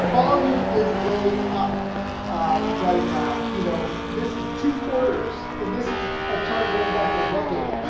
and volume is way up right now you know, this is two quarters and this is a chart going back a decade.